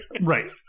right